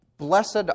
Blessed